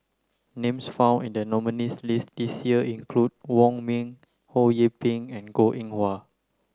names found in the nominees' list this year include Wong Ming Ho Yee Ping and Goh Eng Wah